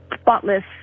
spotless